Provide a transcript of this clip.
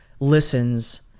listens